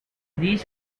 these